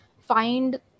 find